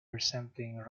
resembling